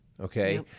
okay